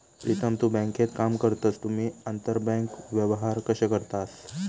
प्रीतम तु बँकेत काम करतस तुम्ही आंतरबँक व्यवहार कशे करतास?